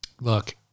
Look